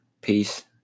Peace